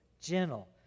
gentle